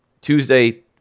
Tuesday